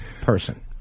person